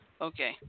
Okay